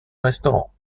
restaurant